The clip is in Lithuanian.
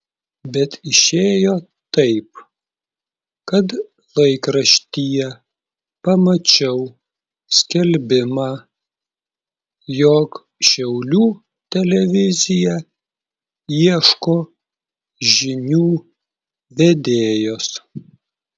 bet išėjo taip kad laikraštyje pamačiau skelbimą jog šiaulių televizija ieško žinių vedėjos